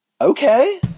Okay